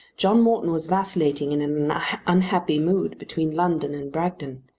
john morton was vacillating in an unhappy mood between london and bragton.